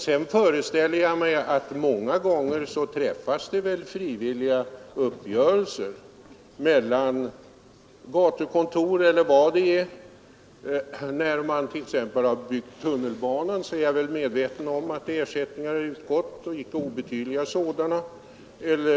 Sedan föreställer jag mig att det många gånger träffas frivilliga uppgörelser med gatukontoret osv. När man byggt tunnelbanan vet jag att ersättningar — och icke obetydliga sådana — utgått.